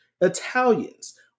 Italians